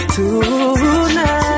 Tonight